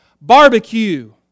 Barbecue